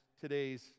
today's